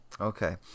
Okay